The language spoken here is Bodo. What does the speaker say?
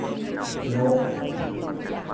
न'